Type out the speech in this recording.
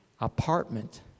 apartment